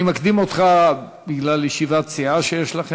אני מקדים אותך בגלל שיש לכם ישיבת סיעה,